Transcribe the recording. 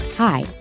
Hi